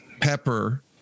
pepper